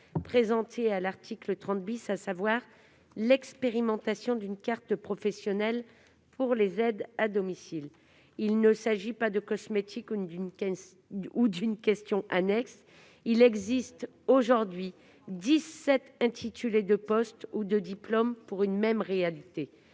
présenté à l'article 30 , à savoir l'expérimentation d'une carte professionnelle pour les aides à domicile. Il s'agit ni d'une mesure cosmétique ni d'une question annexe : il existe aujourd'hui dix-sept intitulés de poste ou de diplôme pour une même réalité.